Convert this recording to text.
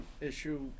issue